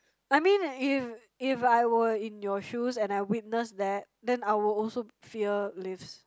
I mean if if I were in your shoes and I witness that then I will also fear lifts